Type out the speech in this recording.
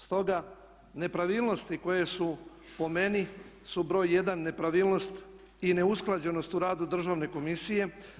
Stoga nepravilnosti koje su po meni su broj jedan nepravilnost i neusklađenost u radu Državne komisije.